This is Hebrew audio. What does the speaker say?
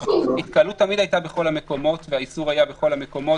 התקהלות תמיד הייתה בכל המקומות והאיסור היה בכל המקומות,